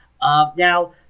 Now